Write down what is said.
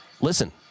listen